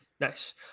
Nice